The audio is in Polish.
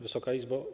Wysoka Izbo!